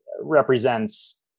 represents